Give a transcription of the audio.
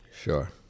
Sure